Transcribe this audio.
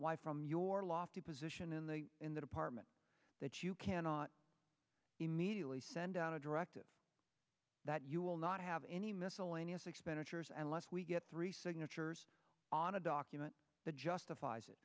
why from your lofty position in the in the department that you cannot immediately send out a directive that you will not have any miscellaneous expenditures and less we get three signatures on a document that justifies it